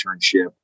internship